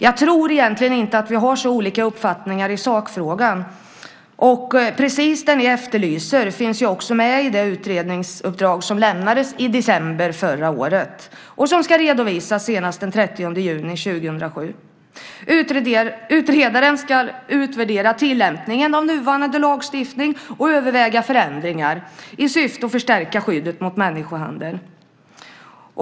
Jag tror egentligen inte att vi har så olika uppfattningar i sakfrågan. Och precis det ni efterlyser finns också med i det utredningsuppdrag som lämnades i december förra året och som ska redovisas senast den 30 juni 2007. Utredaren ska utvärdera tillämpningen av nuvarande lagstiftning och överväga förändringar i syfte att förstärka skyddet mot människohandel.